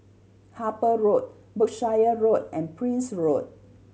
Harper Road Berkshire Road and Prince Road